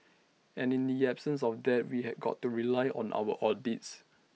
and in the absence of that we have got to rely on our audits